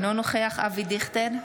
אינו נוכח אבי דיכטר,